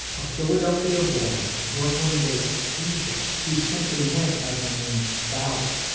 a philadelphia born brooklyn based deejay who simply went by the name bauer,